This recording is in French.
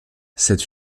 cette